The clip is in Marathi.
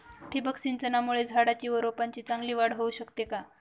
ठिबक सिंचनामुळे झाडाची व रोपांची चांगली वाढ होऊ शकते का?